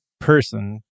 person